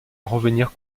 revenir